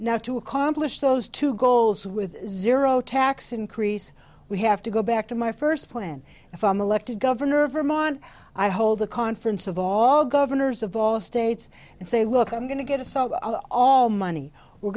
now to accomplish those two goals with zero tax increase we have to go back to my first plan if i'm elected governor of vermont i hold a conference of all governors of all states and say look i'm going to get us out all money we're